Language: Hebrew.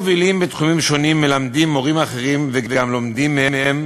מורים מובילים בתחומים שונים מלמדים מורים אחרים וגם לומדים מהם.